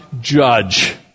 judge